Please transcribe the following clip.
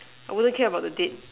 I wouldn't care about the date